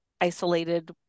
isolated